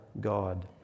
God